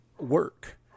work